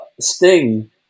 sting